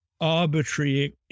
arbitrary